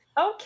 Okay